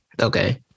Okay